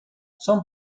son